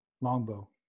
Longbow